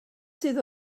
sydd